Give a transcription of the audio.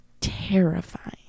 terrifying